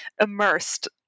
immersed